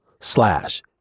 slash